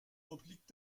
obliegt